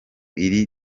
iri